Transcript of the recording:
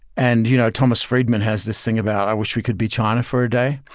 and you know thomas friedman has this thing about, i wish we could be china for a day,